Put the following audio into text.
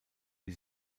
die